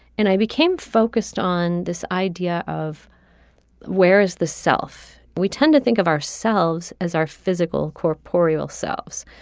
and i became focused on this idea of whereas the self we tend to think of ourselves as our physical corporeal selves.